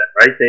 right